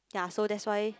ya so that's why